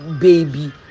baby